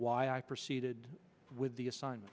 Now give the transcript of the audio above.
why i proceeded with the assign